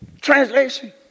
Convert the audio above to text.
Translation